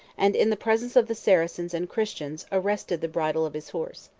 and in the presence of the saracens and christians arrested the bridle of his horse.